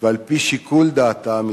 ועל-פי שיקול דעתה המתחייב.